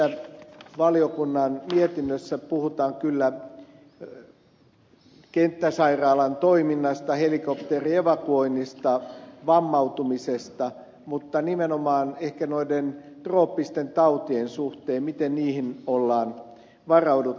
tässä valiokunnan mietinnössä puhutaan kyllä kenttäsairaalan toiminnasta helikopterievakuoinnista vammautumisesta mutta nimenomaan ehkä noiden trooppisten tautien suhteen miten niihin ollaan varauduttu